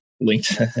linked